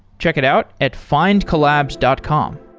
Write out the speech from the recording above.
check it out at findcollabs dot com